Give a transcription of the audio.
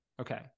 okay